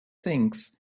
thinks